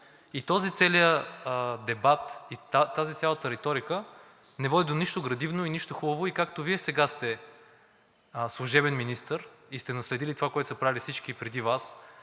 Този целият дебат и тази цялата риторика не води до нищо градивно и нищо хубаво. Както Вие сега сте служебен министър и сте наследили това, което са правили всички преди Вас,